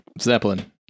Zeppelin